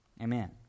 Amen